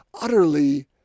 utterly